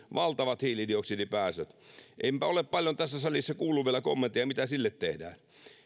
valtavat hiilidioksidipäästöt enpä ole paljon tässä salissa kuullut vielä kommentteja mitä sille tehdään